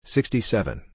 Sixty-seven